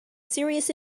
serious